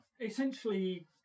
Essentially